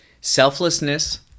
Selflessness